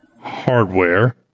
hardware